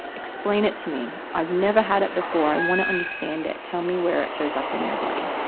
explain it to me. i've never had it before. i wanna understand it. tell me where it shows up in your body?